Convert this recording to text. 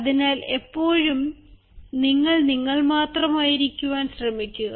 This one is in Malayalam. അതിനാൽ എപ്പോഴും നിങ്ങൾ നിങ്ങൾ മാത്രം ആയിരിക്കുവാൻ ശ്രമിക്കുക